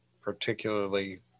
particularly